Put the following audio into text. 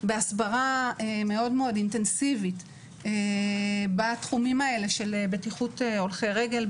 בהסברה מאוד מאוד אינטנסיבית בתחומים האלה של בטיחות הולכי רגל.